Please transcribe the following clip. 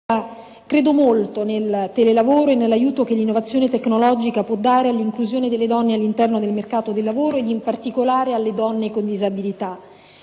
credo molto nel telelavoro e nell'aiuto che l'innovazione tecnologica può dare all'inclusione delle donne all'interno del mercato del lavoro, ed in particolare alle donne con disabilità.